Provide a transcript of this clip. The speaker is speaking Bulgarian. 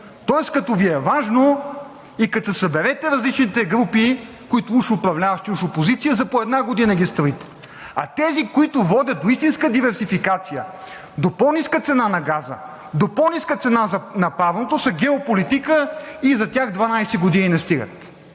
Тоест, като Ви е важно и като се съберете различните групи, които уж управляват и уж опозиция, за една година ги строите. А тези, които водят до истинска диверсификация, до по-ниска цена на газа, до по-ниска цена на парното, са геополитика и за тях 12 години не стигат!